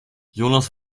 jonas